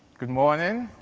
good morning.